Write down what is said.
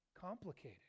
complicated